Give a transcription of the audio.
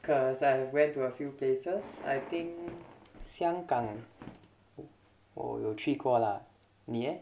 cause I have went to a few places I think 香港我有去过 lah 你 leh